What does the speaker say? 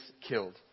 killed